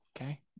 Okay